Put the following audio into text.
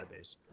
database